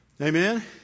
Amen